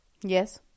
Yes